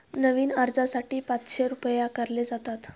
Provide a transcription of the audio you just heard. नवीन अर्जासाठी पाचशे रुपये आकारले जातात